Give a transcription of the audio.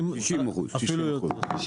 אם